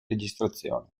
registrazioni